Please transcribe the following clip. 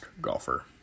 golfer